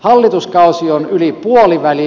hallituskausi on yli puolivälin